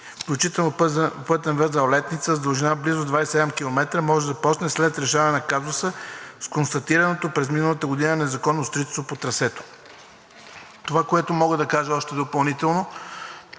включително пътен възел – „Летница“, с дължина близо 27 км може да почне след решаване на казуса с констатираното през миналата година незаконно строителство по трасето. Това, което допълнително